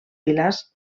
pilars